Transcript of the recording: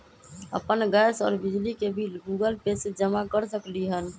अपन गैस और बिजली के बिल गूगल पे से जमा कर सकलीहल?